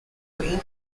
indian